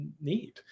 need